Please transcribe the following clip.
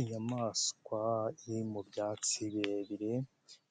Inyamaswa iri mu byatsi birebire.